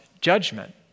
judgment